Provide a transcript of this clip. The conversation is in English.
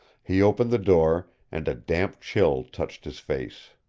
he opened the door and a damp chill touched his face.